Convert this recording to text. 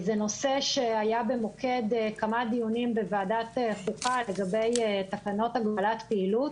זה נושא שהיה במוקד כמה דיונים בוועדת החוקה לגבי תקנות הגבלת פעילות